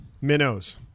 Minnows